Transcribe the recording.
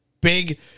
big